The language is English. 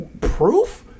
proof